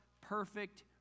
perfect